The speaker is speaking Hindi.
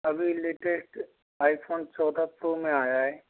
अभी लेटेस्ट आईफ़ोन चौदह तो में आया है